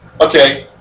Okay